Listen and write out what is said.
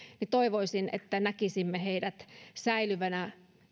niin toivoisin että näkisimme heidät säilyvänä